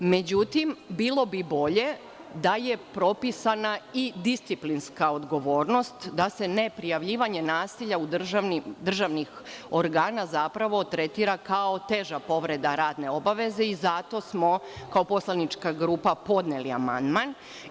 Međutim, bilo bi bolje da je propisana i disciplinska odgovornost, da se neprijavljivanje nasilja državnih organa zapravo tretira kao teža povreda radne obaveze i zato smo kao poslanička grupa podneli amandman.